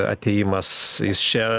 atėjimas jis čia